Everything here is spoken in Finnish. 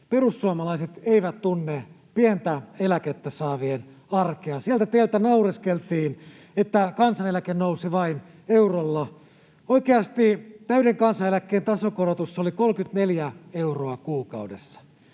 perussuomalaiset eivät tunne pientä eläkettä saavien arkea. Teiltä naureskeltiin, että kansaneläke nousi vain eurolla. Oikeasti täyden kansaneläkkeen tasokorotus oli 34 euroa kuukaudessa.